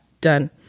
done